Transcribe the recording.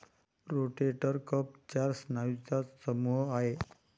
rotator cuff चार स्नायूंचा समूह आहे